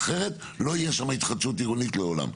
אחרת לא יהיה שם התחדשות עירונית לעולם.